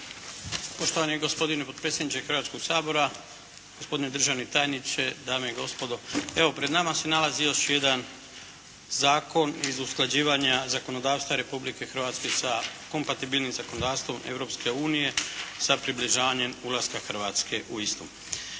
Poštovani gospodine potpredsjedniče Hrvatskog sabora, gospodine državni tajniče, dame i gospodo. Evo pred nama se nalazi još jedan zakon iz usklađivanja zakonodavstva Republike Hrvatske sa kompatibilnim zakonodavstvom Europske unije sa približavanjem ulaska Hrvatske u istu.